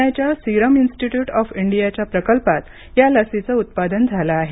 पुण्याच्या Serum Institute of इंडियाच्या प्रकल्पात या लसीचे उत्पादन झाले आहे